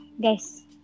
guys